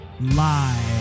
live